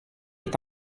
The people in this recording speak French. est